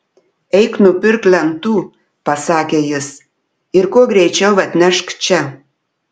eik nupirk lentų pasakė jis ir kuo greičiau atnešk čia